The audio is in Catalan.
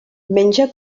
menja